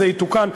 זה יתוקן.